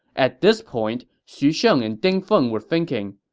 at this point, xu sheng and ding feng were thinking,